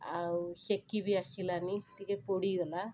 ଆଉ ସେକି ବି ଆସିଲାନି ଟିକିଏ ପୋଡ଼ିଗଲା